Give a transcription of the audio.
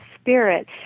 spirit